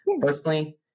Personally